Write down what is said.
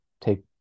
take